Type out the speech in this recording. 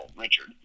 Richard